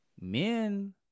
men